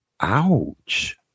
Ouch